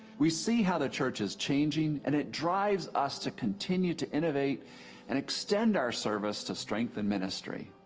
we see how the church is changing and it drives us to continue to innovative and extend our service to strengthen ministry.